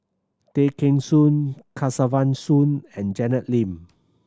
Tay Kheng Soon Kesavan Soon and Janet Lim